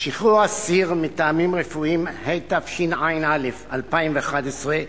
אסיר מטעמים רפואיים), התשע"א 2011,